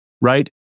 right